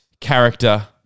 character